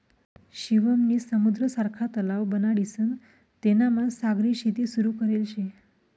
शिवम नी समुद्र सारखा तलाव बनाडीसन तेनामा सागरी शेती सुरू करेल शे